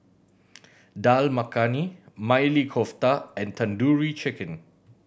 Dal Makhani Maili Kofta and Tandoori Chicken